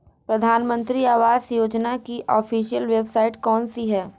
प्रधानमंत्री आवास योजना की ऑफिशियल वेबसाइट कौन सी है?